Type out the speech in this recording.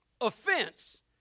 offense